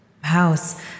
House